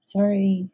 Sorry